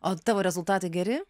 o tavo rezultatai geri